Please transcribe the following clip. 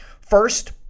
First